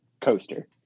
coaster